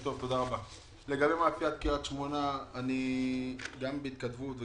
לגבי מאפיית קרית שמונה אני נמצא בהתכתבות.